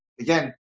again